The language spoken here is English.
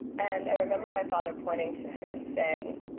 and i remember my father pointing to him and saying,